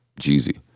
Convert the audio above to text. Jeezy